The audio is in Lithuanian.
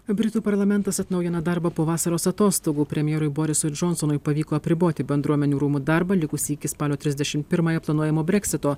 britų parlamentas atnaujino darbą po vasaros atostogų premjerui borisui džonsonui pavyko apriboti bendruomenių rūmų darbą likusį iki spalio trisdešimt pirmąją planuojamo breksito